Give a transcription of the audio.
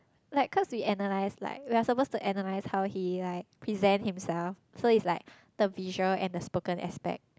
like cause we analyse like we are suppose to analyse how he like present himself so is like the visual and the spoken aspect